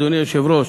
אדוני היושב-ראש,